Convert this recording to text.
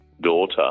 daughter